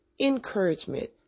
encouragement